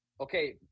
okay